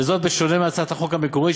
וזאת בשונה מהצעת החוק המקורית,